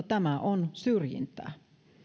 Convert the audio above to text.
tämä on syrjintää